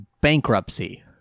bankruptcy